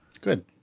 Good